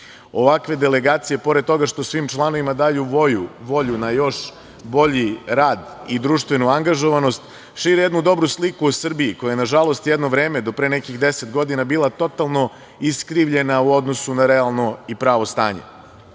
Srbije. Ovakve delegacije, pored toga što svim članovima daju volju na još bolji rad i društvenu angažovanost šire jednu dobru sliku o Srbiji, koja nažalost jedno vreme do pre nekih 10 godina bila totalno iskrivljena u odnosu na realno i pravo